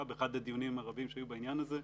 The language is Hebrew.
באחד הדיונים הרבים שהיו בעניין הזה.